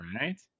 Right